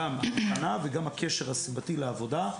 גם האבחנה וגם הקשר הסיבתי לעבודה,